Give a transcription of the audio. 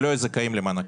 שלא היו זכאים למענקים.